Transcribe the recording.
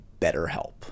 BetterHelp